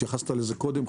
התייחסת לזה קודם.